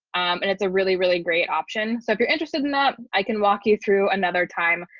and it's a really, really great option. so if you're interested in that, i can walk you through another time.